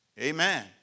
amen